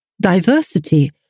diversity